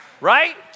Right